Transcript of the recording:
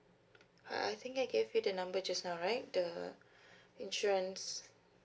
I think they gave you the number just now right the insurance